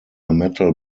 metal